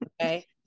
okay